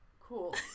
Cool